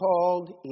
called